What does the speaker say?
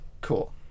Cool